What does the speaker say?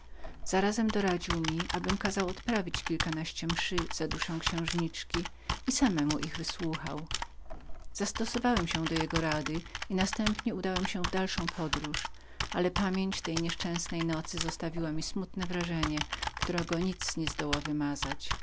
zarazom doradził mi abym kazał zmówić kilkanaście mszy za duszę księżniczki i na jednej z nich sam był obecnym posłuchałem jego rady i następnie udałem się w dalszą podróż ale pamięć tej nieszczęsnej nocy zostawiła mi smutne wrażenie którego nic nie zdoła wymazać